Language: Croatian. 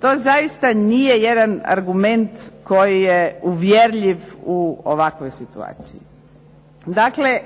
To zaista nije jedan argument koji je uvjerljiv u ovakvoj situaciji. Dakle